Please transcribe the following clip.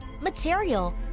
material